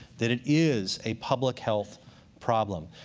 that it is a public health problem.